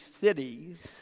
cities